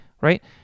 right